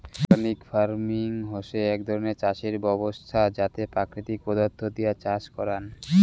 organic farming হসে এক ধরণের চাষের ব্যবছস্থা যাতে প্রাকৃতিক পদার্থ দিয়া চাষ করাং